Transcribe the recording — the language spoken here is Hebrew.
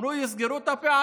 הם אמרו שהם יסגרו את הפערים,